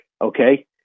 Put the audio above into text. okay